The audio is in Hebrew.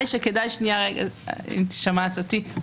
אם תישמע הצעתי,